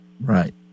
Right